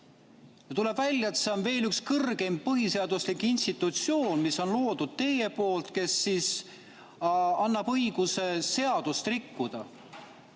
tuleb välja, et see on veel üks kõrgeim põhiseaduslik institutsioon, mille te olete loonud, ja see annab õiguse seadust rikkuda.